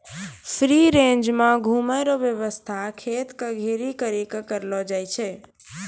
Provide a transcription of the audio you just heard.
free range मे घुमै रो वेवस्था खेत के घेरी करी के करलो जाय छै